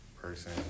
person